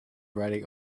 writing